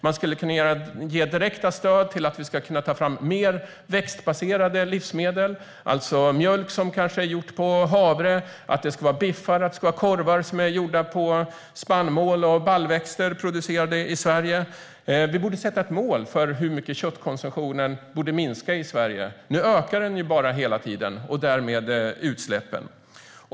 Man skulle kunna ge direkta stöd till att ta fram fler växtbaserade livsmedel, alltså mjölk som är gjord på havre och biffar och korvar som är gjorda på spannmål och baljväxter producerade i Sverige. Vi borde sätta upp ett mål för hur mycket köttkonsumtionen borde minska i Sverige. Nu ökar den bara hela tiden och därmed utsläppen.